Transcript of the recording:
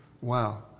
Wow